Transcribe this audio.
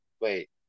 Wait